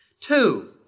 Two